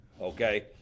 Okay